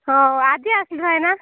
ହଁ ଆଜି ଆସିଲି ଭାଇନା